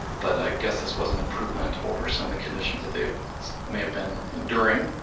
but i guess this was an improvement over some of the conditions that they may have been enduring.